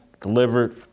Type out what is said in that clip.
delivered